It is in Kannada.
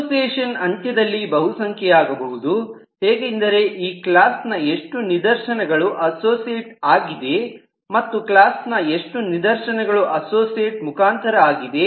ಅಸೋಸಿಯೇಷನ್ ಅಂತ್ಯದಲ್ಲಿ ಬಹುಸಂಖ್ಯೆಯಾಗಬಹುದು ಹೇಗೆಂದರೆ ಈ ಕ್ಲಾಸ್ ನ ಎಷ್ಟು ನಿದರ್ಶನಗಳು ಅಸೋಸಿಯೇಟ್ ಆಗಿದೆ ಮತ್ತು ಕ್ಲಾಸ್ ನ ಎಷ್ಟು ನಿದರ್ಶನಗಳು ಅಸೋಸಿಯೇಟ್ ಮುಖಾಂತರ ಆಗಿದೆ